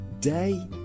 day